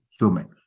human